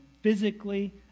physically